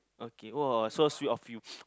okay !wah! so sweet of you